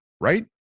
right